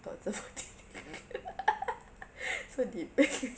thoughts of this so deep